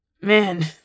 Man